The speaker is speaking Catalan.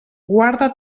guarda